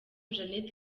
jeannette